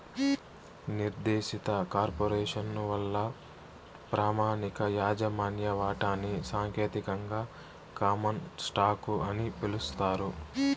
నిర్దేశిత కార్పొరేసను వల్ల ప్రామాణిక యాజమాన్య వాటాని సాంకేతికంగా కామన్ స్టాకు అని పిలుస్తారు